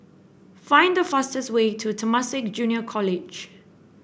find the fastest way to Temasek Junior College